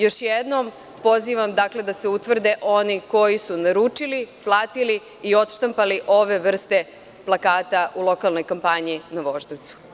Još jednom pozivam da se utvrde oni koji su naručili, platili i odštampali ove vrste plakata u lokalnoj kampanji na Voždovcu.